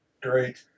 Great